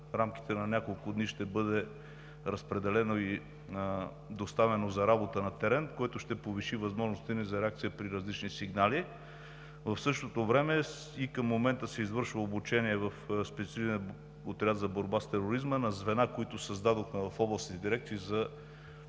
рамките на няколко дни ще бъде разпределено и доставено за работа на терен, което ще повиши възможностите ни за реакция при различни сигнали. В същото време и към момента се извършва обучение в Специализирания отряд за борба с тероризма на звена, които създадохме в областните дирекции за